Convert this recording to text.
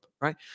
right